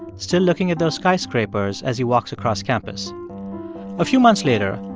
still looking at those skyscrapers as he walks across campus a few months later,